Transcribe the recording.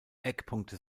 eckpunkte